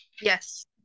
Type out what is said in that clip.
yes